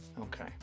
Okay